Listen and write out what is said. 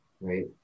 right